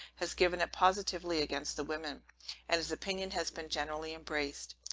has given it positively against the women and his opinion has been generally embraced.